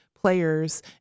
players